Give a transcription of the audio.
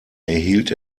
erhielt